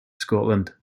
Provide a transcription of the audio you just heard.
scotland